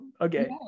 okay